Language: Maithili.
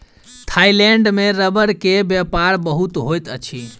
थाईलैंड में रबड़ के व्यापार बहुत होइत अछि